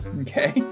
Okay